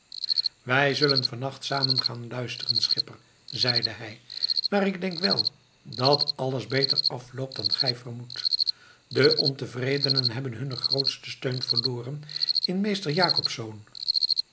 wij zullen vannacht samen gaan luisteren schipper zeide hij maar ik denk wel dat alles beter afloopt dan gij vermoedt de ontevredenen hebben hunnen grootsten steun verloren in meester jacobsz